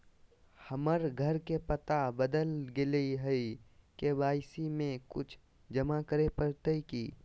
हमर घर के पता बदल गेलई हई, के.वाई.सी में कुछ जमा करे पड़तई की?